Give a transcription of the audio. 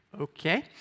Okay